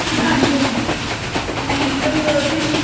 हां जी हां जी हां जी हांऽ